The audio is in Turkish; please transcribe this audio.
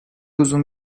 uzun